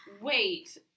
Wait